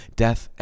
death